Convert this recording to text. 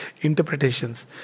Interpretations